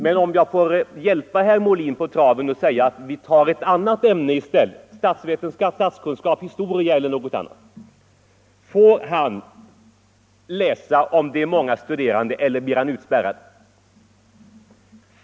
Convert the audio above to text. Men om jag hjälper herr Molin på traven i frågan och tar ett annat ämne i stället — statskunskap, historia eller något sådant: får den som vill läsa det göra detta om de studerande är många, eller blir han utspärrad?